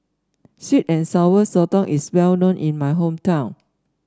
sweet and Sour Sotong is well known in my hometown